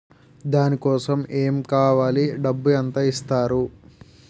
దాని కోసం ఎమ్ కావాలి డబ్బు ఎంత ఇస్తారు?